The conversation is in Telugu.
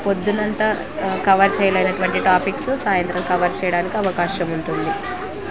ప్రొద్దున అంతా కవర్ చేయలేని అనటువంటి టాపిక్స్ సాయంత్రం కవర్ చేయడానికి అవకాశం ఉంటుంది